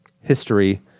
history